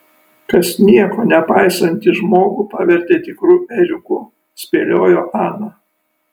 kas nieko nepaisantį žmogų pavertė tikru ėriuku spėliojo ana